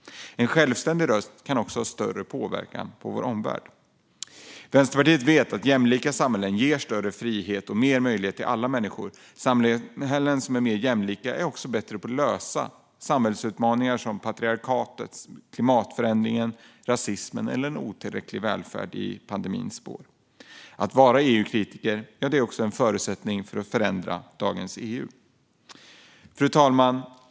En självständig röst kan också ha större påverkan på vår omvärld. Vänsterpartiet vet att jämlika samhällen ger större frihet och mer möjligheter till alla människor. Samhällen som är mer jämlika är också bättre på att lösa samhällsutmaningar som patriarkatet, klimatförändringen, rasismen eller en otillräcklig välfärd i pandemins spår. Att vara EU-kritiker är en förutsättning för att förändra dagens EU. Fru talman!